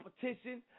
competition